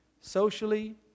socially